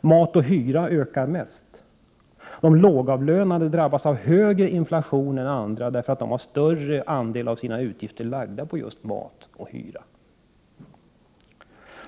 Mat och hyra ökar mest. De lågavlönade drabbas av högre inflation än andra, därför att de lägger en större andel av sina utgifter på just mat och hyra.